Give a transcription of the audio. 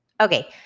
Okay